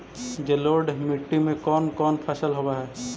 जलोढ़ मट्टी में कोन कोन फसल होब है?